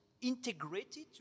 integrated